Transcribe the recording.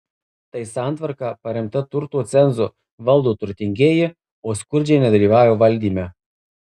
tai santvarka paremta turto cenzu valdo turtingieji o skurdžiai nedalyvauja valdyme